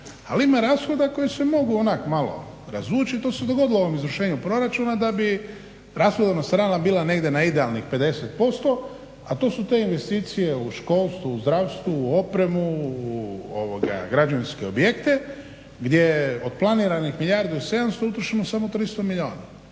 Ali ima rashoda koji se mogu onak malo razvući i to se dogodilo u ovom izvršenju proračuna da bi rashodovna strana bila negdje na idealnih 50%, a to su te investicije u školstvu, u zdravstvu, u opremi, u građevinske objekte gdje od planiranih milijardu i 700 utrošeno samo 300 milijuna.